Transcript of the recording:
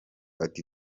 ati